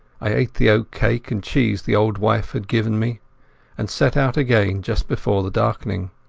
i ate the oatcake and cheese the old wife had given me and set out again just before the darkening.